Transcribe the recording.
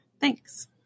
Thanks